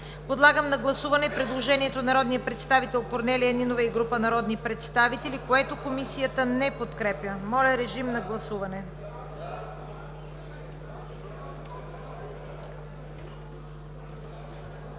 Подлагам на гласуване предложението на народния представител Корнелия Нинова и група народни представители, което Комисията не подкрепя. Гласували